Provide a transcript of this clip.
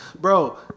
Bro